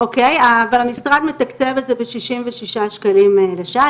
אבל המשרד מתקצב את זה בשישים ושישה שקלים לשעה.